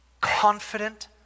confident